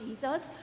Jesus